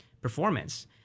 performance